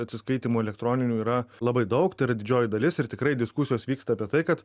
atsiskaitymų elektroninių yra labai daug tad didžioji dalis ir tikrai diskusijos vyksta apie tai kad